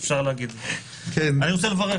אני רוצה לברך